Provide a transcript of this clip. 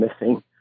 missing